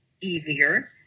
easier